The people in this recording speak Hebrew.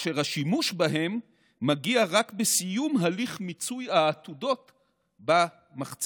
והשימוש בהם מגיע רק בסיום הליך מיצוי העתודות במחצבה.